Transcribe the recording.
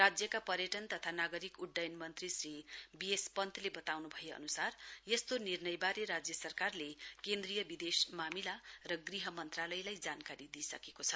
राज्यका पर्यटन तथा नागरिक उड्डयन मन्त्री श्री बीएस पन्तले बताउन् भए अनुसार यस्तो निर्णयबारे राज्य सरकारले केन्द्रीय विदेश मामिला र गृह मन्त्रालयलाई जानकारी दिइसकेको छ